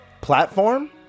Platform